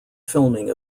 filming